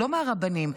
לא מהרבנים,